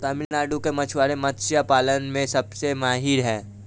तमिलनाडु के मछुआरे मत्स्य पालन में सबसे माहिर हैं